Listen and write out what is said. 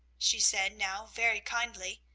she said now very kindly,